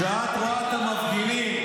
כשאת רואה את המפגינים,